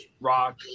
rock